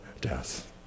death